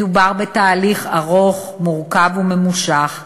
מדובר בתהליך ארוך, מורכב וממושך,